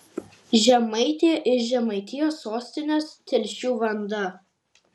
žemaitė iš žemaitijos sostinės telšių vanda